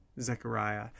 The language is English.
Zechariah